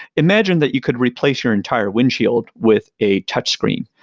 imagine that you could replace your entire windshield with a touchscreen.